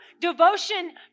devotion